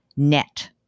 Net